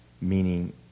meaning